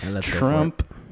Trump